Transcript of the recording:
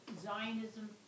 Zionism